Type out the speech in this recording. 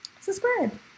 Subscribe